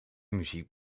muziek